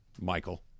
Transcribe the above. Michael